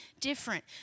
different